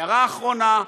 הערה אחרונה,